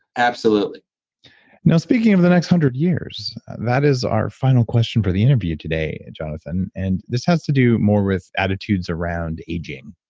absolutely now, speaking of the next hundred years, that is our final question for the interview today, and jonathan. and this has to do more with attitudes around aging.